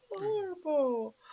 horrible